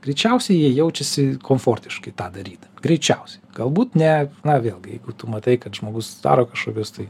greičiausiai jie jaučiasi komfortiškai tą darydami greičiausiai galbūt ne na vėlgi jeigu tu matai kad žmogus daro kažkokius tai